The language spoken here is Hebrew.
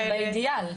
באידיאל.